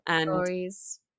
stories